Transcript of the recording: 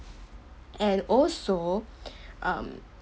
and also um